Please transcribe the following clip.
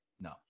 No